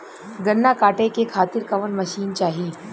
गन्ना कांटेके खातीर कवन मशीन चाही?